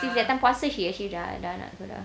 since that time puasa she actually dah tu dah